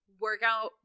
workout